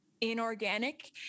inorganic